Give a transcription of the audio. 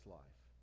life